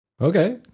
okay